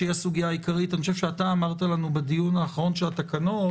שהיא הסוגיה העיקרית אני חושב שאתה אמרת לנו בדיון האחרון של התקנות